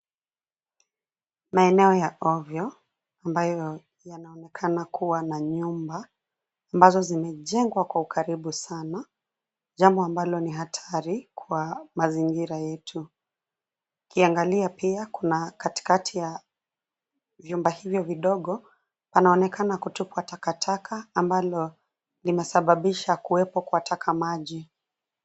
Maeneo ya ovyo ambayo yanaonekana kuwa na nyumba ambazo zimejengwa kwa ukaribu sana, jambo ambalo ni hatari kwa mazingira yetu. Ukiangalia pia kuna katikati ya vyumba hivyo vidogo panaonekana kutupwa takataka ambalo limesababisha kuwepo kwa taka maji.